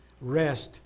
rest